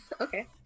okay